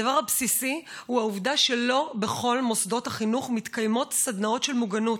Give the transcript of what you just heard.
הדבר הבסיסי הוא העובדה שלא בכל מוסדות החינוך מתקיימות סדנאות מוגנות,